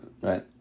Right